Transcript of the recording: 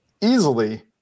easily